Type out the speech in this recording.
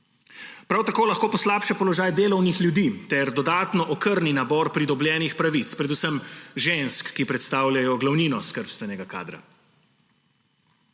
Prav tako lahko poslabša položaj delovnih ljudi ter dodatno okrni nabor pridobljenih pravic, predvsem žensk, ki predstavljajo glavnino skrbstvenega kadra.